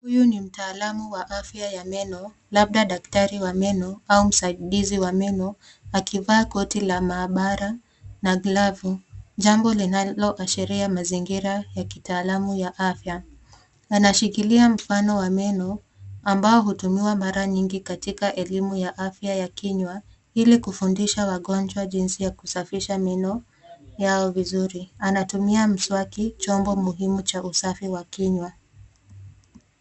Huyu ni mtaalamu wa afya ya meno, labda daktari wa meno au msaidizi wa meno, akivaa koti la maabara na glavu. Jambo linaloashiria mazingira ya kitaalamu ya afya. Anashikilia mfano wa meno, ambao hutumiwa mara nyingi katika elimu ya afya ya kinywa, ili kufundisha wagonjwa jinsi ya kusafisha meno yao vizuri. Anatumia mswaki chombo muhimu cha usafi wa kinywa.